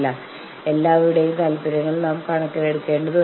ഒപ്പം നമുക്ക് ഒരുമിച്ച് ഒരു പരിഹാരം കണ്ടെത്താം